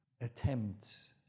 attempts